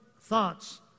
thoughts